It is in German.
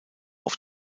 auf